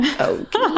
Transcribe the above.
Okay